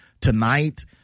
tonight